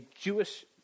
jewish